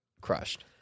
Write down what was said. crushed